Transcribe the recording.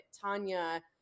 Tanya